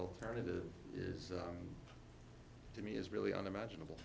alternative is to me is really unimaginable